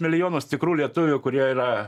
milijonus tikrų lietuvių kurie yra